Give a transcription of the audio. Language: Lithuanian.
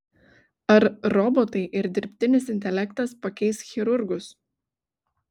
ar robotai ir dirbtinis intelektas pakeis chirurgus